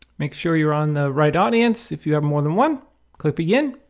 make sure you're on the right audience. if you have more than one click begin